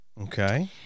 Okay